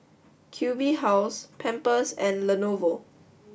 Q B House Pampers and Lenovo